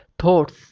Thoughts